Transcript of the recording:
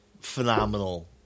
phenomenal